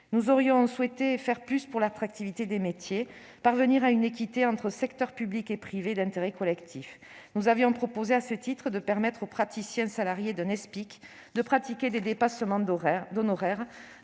Nous aurions souhaité faire plus pour l'attractivité des métiers, parvenir à une équité entre secteurs public et privé d'intérêt collectif. Nous avions proposé à ce titre de permettre aux praticiens salariés d'un Espic de pratiquer des dépassements d'honoraires,